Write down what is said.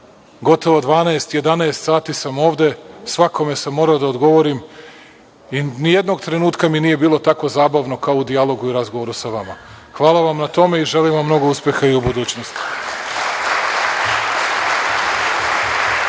gotovo 12, 11 sati sam ovde, svakome sam morao da odgovorim i jednog trenutka mi nije bilo tako zabavno kao u dijalogu i razgovoru sa vama. Hvala vam na tome i želim vam mnogo uspeha i u budućnosti.